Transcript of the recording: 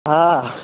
हां